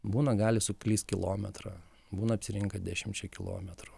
būna gali suklyst kilometrą būna apsirinka dešimčia kilometrų